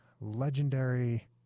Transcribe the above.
legendary